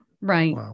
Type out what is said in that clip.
Right